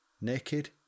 Naked